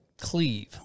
cleave